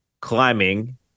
climbing